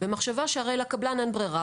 במחשבה שהרי לקבלן אין ברירה,